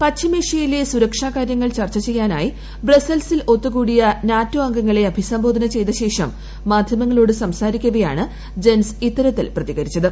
പശ്ചിമേഷ്യയിലെ സുരക്ഷാക്കൂർ ചർച്ചു ചെയ്യാനായി ബ്രസൽസിൽ ഒത്തുകൂടിയ നാറ്റോ അംഗങ്ങ്ളെ അഭിസംബോധന ചെയ്തശേഷം മാധ്യമങ്ങളോട് സംസാരിക്കവേയാണ് ജെൻസ് ഇത്തരത്തിൽ പ്രതികരിച്ചത്